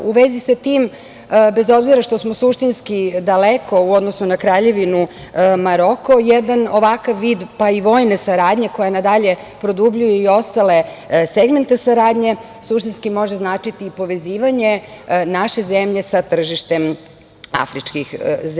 U vezi sa tim, bez obzira što smo suštinski daleko u odnosu na Kraljevinu Maroko, jedan ovakav vid pa i vojne saradnje koja nadalje produbljuje i ostale segmente saradnje suštinski može značiti i povezivanje naše zemlje sa tržištem afričkih zemalja.